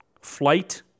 Flight